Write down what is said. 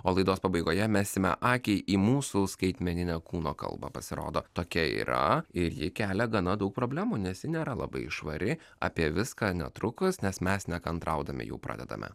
o laidos pabaigoje mesime akį į mūsų skaitmeninę kūno kalbą pasirodo tokia yra ir ji kelia gana daug problemų nes ji nėra labai švari apie viską netrukus nes mes nekantraudami jau pradedame